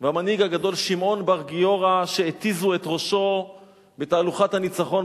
והמנהיג הגדול שמעון בר גיורא שהתיזו את ראשו בתהלוכת הניצחון,